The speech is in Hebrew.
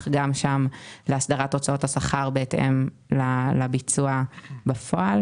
להסדרת הוצאות השכר בהתאם לביצוע בפועל